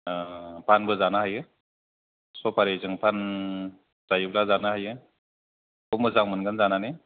फानबो जानो हायो सफारि जों फान जायोब्ला जानो हायो खुब मोजां मोनगोन जानानै